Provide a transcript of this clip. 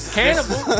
cannibal